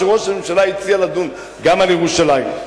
שראש הממשלה הציע לדון גם על ירושלים.